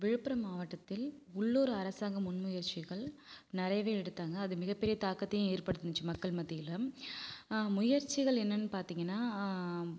விழுப்புரம் மாவட்டத்தில் உள்ளூர் அரசாங்க முன் முயற்சிகள் நிறையவே எடுத்தாங்க அது மிகப்பெரிய தாக்கத்தையும் ஏற்படுத்துனுச்சு மக்கள் மத்தியில் முயற்சிகள் என்னன்னு பார்த்தீங்கன்னா